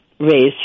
Raised